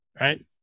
right